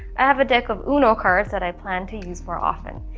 i have a deck of uno cards that i plan to use more often.